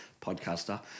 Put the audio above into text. podcaster